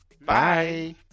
Bye